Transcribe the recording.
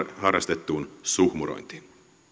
harrastettuun suhmurointiin